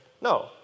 No